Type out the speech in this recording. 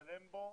לשלם בו